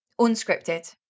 unscripted